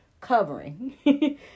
covering